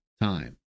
time